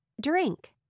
drink